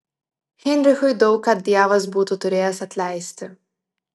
heinrichui daug ką dievas būtų turėjęs atleisti